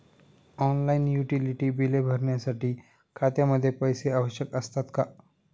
Online utility बिले भरण्यासाठी खात्यामध्ये पैसे आवश्यक असतात का?